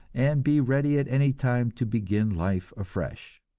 and be ready at any time to begin life afresh.